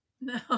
no